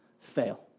fail